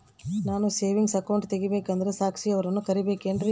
ನಾನು saving account ತೆಗಿಬೇಕಂದರ ಸಾಕ್ಷಿಯವರನ್ನು ಕರಿಬೇಕಿನ್ರಿ?